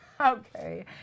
Okay